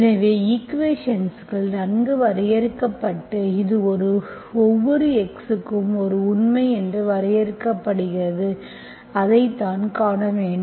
எனவே ஈக்குவேஷன் நன்கு வரையறுக்கப்பட்டு எனவே இது ஒவ்வொரு xக்கும் ஒரு உண்மை என்று வரையறுக்கப்படுகிறது அதைத்தான் காண வேண்டும்